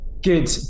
Good